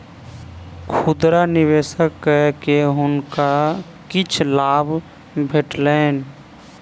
खुदरा निवेश कय के हुनका किछ लाभ भेटलैन